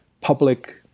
public